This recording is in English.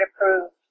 approved